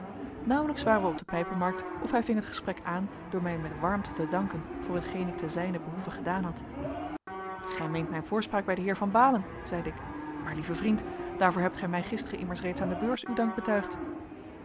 nauwelijks waren wij op de pijpenmarkt of hij ving het gesprek aan door mij met warmte te danken voor hetgeen ik ten zijnen behoeve gedaan had gij meent mijn voorspraak bij den heer van baalen zeide ik maar lieve vriend daarvoor hebt gij mij gisteren immers reeds aan de beurs uw dank